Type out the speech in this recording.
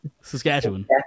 Saskatchewan